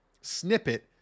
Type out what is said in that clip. snippet